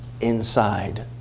inside